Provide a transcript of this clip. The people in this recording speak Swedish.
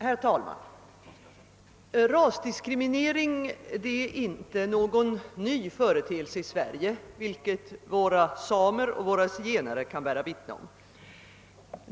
Herr talman! Rasdiskriminering är inte någon ny företeelse i Sverige, vilket våra samer och våra zigenare kan bära vittne om.